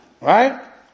right